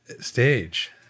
stage